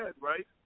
right